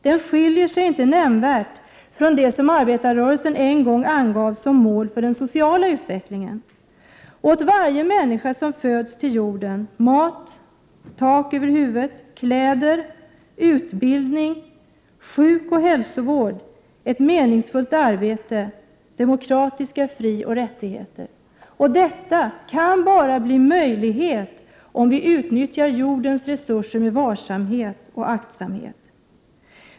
Den skiljer sig inte nämnvärt från det som arbetarrörelsen en gång angav som mål för den sociala utvecklingen: Åt varje människa som föds till jorden mat, I tak över huvudet, kläder, utbildning, sjukoch hälsovård, ett meningsfullt arbete, demokratiska frioch rättigheter. Detta kan bara bli möjligt om vi utnyttjar jordens resurser med varsamhet.